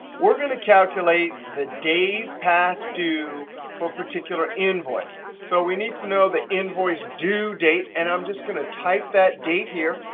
we're going to calculate the days past due for a particular invoice. so we need to know the invoice due date, and i'm just going to type that date here.